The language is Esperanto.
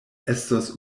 estos